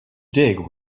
dig